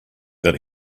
that